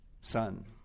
son